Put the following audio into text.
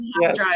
Yes